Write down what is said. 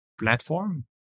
platform